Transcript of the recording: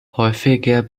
häufiger